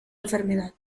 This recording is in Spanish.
enfermedad